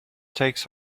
takes